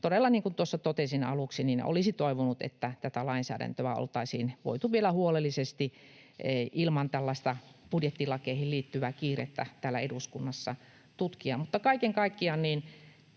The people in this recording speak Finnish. todella, niin kuin tuossa totesin aluksi, olisin toivonut, että tätä lainsäädäntöä oltaisiin voitu vielä huolellisesti, ilman tällaista budjettilakeihin liittyvä kiirettä, täällä eduskunnassa tutkia.